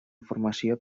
informació